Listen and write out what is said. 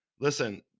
listen